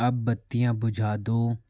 अब बत्तियाँ बुझा दो